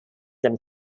them